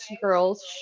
girls